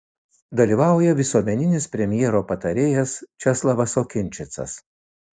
dalyvauja visuomeninis premjero patarėjas česlavas okinčicas